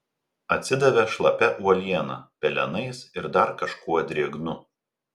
atsidavė šlapia uoliena pelenais ir dar kažkuo drėgnu